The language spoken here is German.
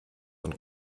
und